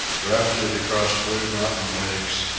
rafted across blue mountain lakes,